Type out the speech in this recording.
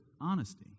honesty